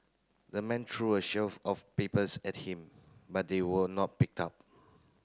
the man threw a sheaf of papers at him but they were not picked up